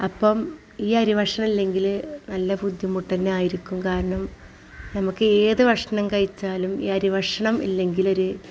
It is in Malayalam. അപ്പം ഈ അരി ഭക്ഷണം ഇല്ലെങ്കിൽ നല്ല ബുദ്ധിമുട്ട് തന്നെ ആയിരിക്കും കാരണം നമുക്ക് ഏത് ഭക്ഷണം കഴിച്ചാലും ഈ അരി ഭഷണം ഇല്ലെങ്കിൽ ഒരു